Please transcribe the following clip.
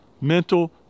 mental